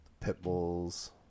Pitbulls